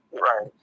right